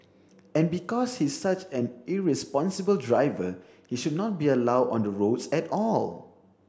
and because he's such an irresponsible driver he should not be allowed on the roads at all